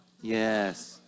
Yes